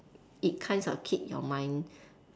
it kinds of keep your mind